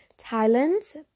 Thailand